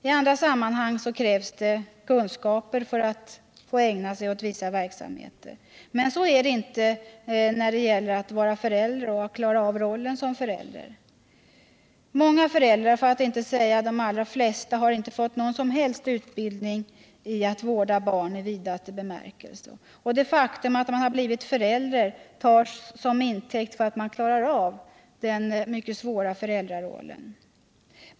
I andra sammanhang krävs det kunskaper för att ägna sig åt vissa verksamheter. Så är det inte när det gäller att vara förälder och att klara av rollen som förälder. Många föräldrar, för att inte säga de allra flesta, har inte fått någon som helst utbildning i att vårda barn i vidaste bemärkelse. Det faktum att man har blivit förälder tas till intäkt för att man klarar av den mycket svåra föräldrarollen.